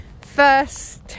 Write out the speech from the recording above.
first